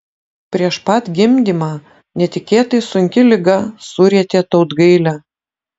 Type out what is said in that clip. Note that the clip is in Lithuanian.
prieš pat gimdymą netikėtai sunki liga surietė tautgailę